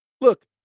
Look